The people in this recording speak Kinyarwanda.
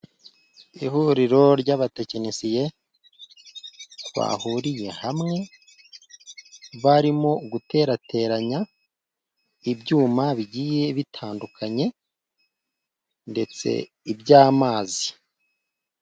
Ihuriro ry'abatekinisiye bahuriye hamwe barimo guterateranya ibyuma bigiye bitandukanye, ndetse iby'amazi.